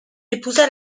épousa